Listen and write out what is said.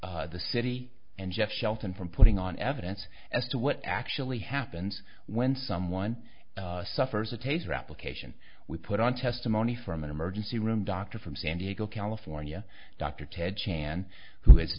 the city and jeff shelton from putting on evidence as to what actually happens when someone suffers a taser application we put on testimony from an emergency room doctor from san diego california dr ted chan who has